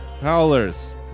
Howlers